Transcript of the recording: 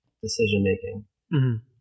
decision-making